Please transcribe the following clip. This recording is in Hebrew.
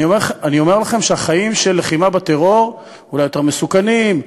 אני אומר לכם שהחיים של לחימה בטרור אולי יותר מסוכנים,